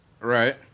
Right